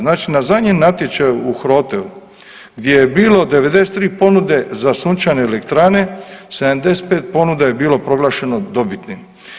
Znači na zadnjem natječaju u HROT-u gdje je bilo 93 ponude za sunčane elektrane, 75 ponuda je bilo proglašeno dobitnim.